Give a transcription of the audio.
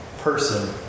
person